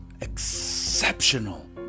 exceptional